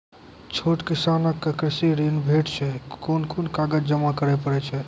छोट किसानक कृषि ॠण भेटै छै? कून कून कागज जमा करे पड़े छै?